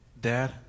Dad